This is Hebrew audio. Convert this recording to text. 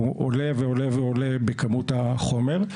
הוא עולה ועולה בכמות החומר.